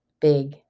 big